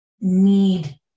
need